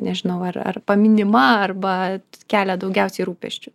nežinau ar ar paminima arba kelia daugiausiai rūpesčių